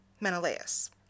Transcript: Menelaus